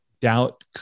doubt